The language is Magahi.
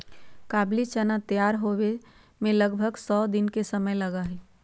काबुली चना तैयार होवे में लगभग सौ दिन के समय लगा हई